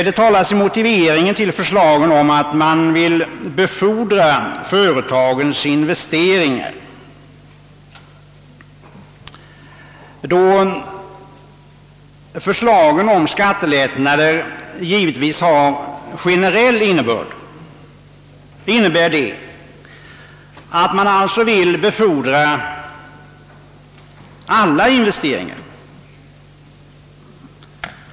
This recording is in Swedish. Det talas i motiveringen till förslagen om att man vill befordra företagens investeringar. Då förslagen om skattelättnader givetvis har generell innebörd, betyder det att man alltså vill befordra alla investeringar.